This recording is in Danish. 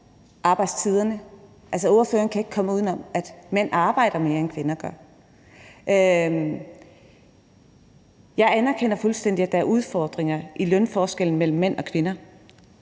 arbejdstiderne. Altså, spørgeren kan ikke komme uden om, at mænd arbejder mere, end kvinder gør. Jeg anerkender fuldstændig, at der er udfordringer i lønforskellen mellem mænd og kvinder